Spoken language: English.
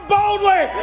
boldly